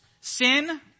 sin